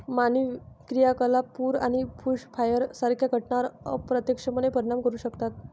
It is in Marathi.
मानवी क्रियाकलाप पूर आणि बुशफायर सारख्या घटनांवर अप्रत्यक्षपणे परिणाम करू शकतात